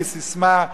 כססמה,